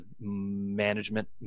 management